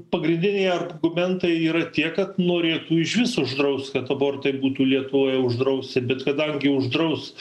pagrindiniai argumentai yra tie kad norėtų išvis uždraust kad abortai būtų lietuvoje uždrausti bet kadangi uždraust